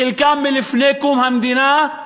חלקם מלפני קום המדינה,